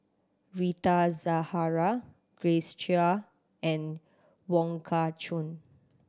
Rita Zahara Grace Chia and Wong Kah Chun